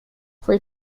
for